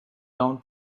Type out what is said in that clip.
down